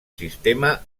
sistema